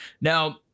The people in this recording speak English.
Now